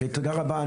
תודה רבה.